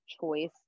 choice